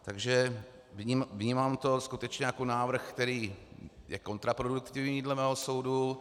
Takže vnímám to skutečně jako návrh, který je kontraproduktivní dle mého soudu.